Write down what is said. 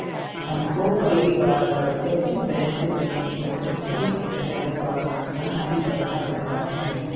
हमको कई बार प्रत्यक्ष बैंक में तकनीकी समस्याओं का सामना भी करना पड़ता है